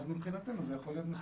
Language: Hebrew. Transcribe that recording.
אז מבחינתנו זה יכול להיות מספיק.